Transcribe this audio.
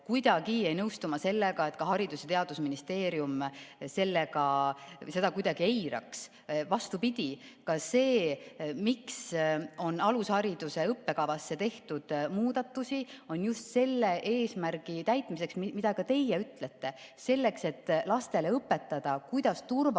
kuidagi ei nõustu ma sellega, et Haridus‑ ja Teadusministeerium seda eiraks. Vastupidi, ka see, miks on alushariduse õppekavasse tehtud muudatusi, on just selle eesmärgi täitmiseks, mida ka teie ütlete – selleks, et lastele õpetada, kuidas turvaliselt